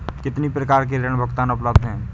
कितनी प्रकार के ऋण भुगतान उपलब्ध हैं?